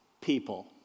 people